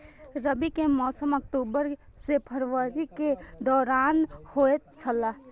रबी के मौसम अक्टूबर से फरवरी के दौरान होतय छला